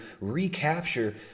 recapture